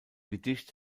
gedicht